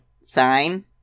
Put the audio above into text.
sign